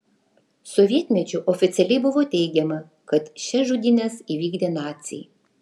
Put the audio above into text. sovietmečiu oficialiai buvo teigiama kad šias žudynes įvykdė naciai